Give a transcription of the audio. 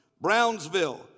Brownsville